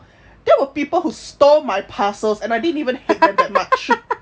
there were people who stole my parcels and I didn't even hate them that much